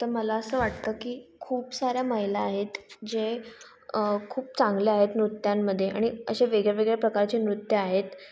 तर मला असं वाटतं की खूप साऱ्या महिला आहेत जे खूप चांगल्या आहेत नृत्यांमध्ये आणि असे वेगळ्यावेगळ्या प्रकारचे नृत्य आहेत